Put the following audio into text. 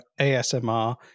ASMR